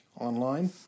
online